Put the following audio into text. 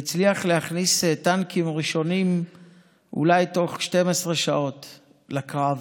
והצליח להכניס טנקים ראשונים אולי תוך 12 שעות לקרב.